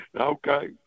Okay